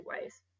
ways